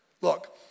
Look